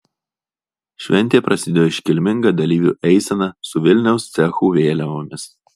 šventė prasidėjo iškilminga dalyvių eisena su vilniaus cechų vėliavomis